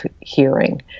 hearing